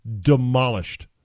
demolished